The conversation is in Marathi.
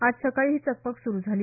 आज सकाळी ही चकमक सुरु झाली